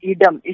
Idam